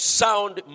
sound